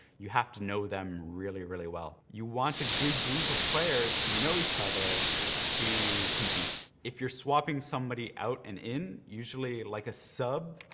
you have to know them really, really well. you want a good group of players who know each other to compete. if you're swapping somebody out and in, usually like a sub,